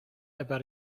about